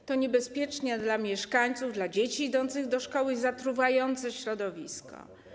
To jest niebezpieczne dla mieszkańców, dla dzieci idących do szkoły i to zatruwa środowisko.